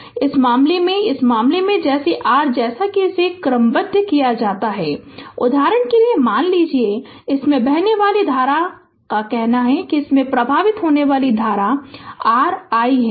तो इस मामले में इस मामले में r जैसा कि इसे क्रमबद्ध किया जाता है उदाहरण के लिए मान लीजिए इससे बहने वाली धारा का कहना है कि इससे प्रवाहित होने वाली धारा r i है